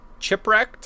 chipwrecked